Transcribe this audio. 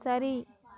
சரி